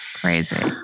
Crazy